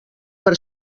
per